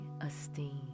esteem